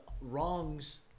wrongs